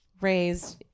raised